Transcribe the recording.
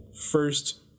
first